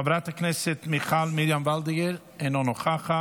חברת הכנסת מיכל מרים וולדיגר, אינה נוכחת,